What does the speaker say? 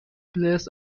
players